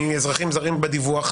מאזרחים זרים בדיווח,